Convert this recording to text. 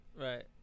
Right